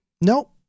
nope